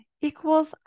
equals